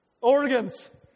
Organs